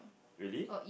really